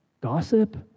Gossip